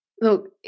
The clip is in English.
Look